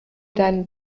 deinen